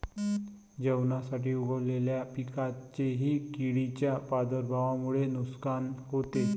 जेवणासाठी उगवलेल्या पिकांचेही किडींच्या प्रादुर्भावामुळे नुकसान होते